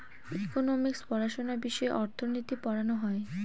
economics পড়াশোনা বিষয়ে অর্থনীতি পড়ানো হয়